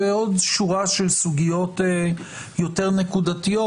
ועוד שורה של סוגיות יותר נקודתיות,